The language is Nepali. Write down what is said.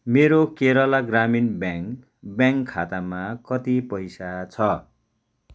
मेरो केरला ग्रामीण ब्याङ्क ब्याङ्क खातामा कति पैसा छ